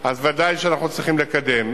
אז ודאי שאנחנו צריכים לקדם.